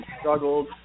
struggled